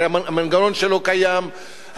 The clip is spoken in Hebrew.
הרי המנגנון שלו קיים,